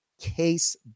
Case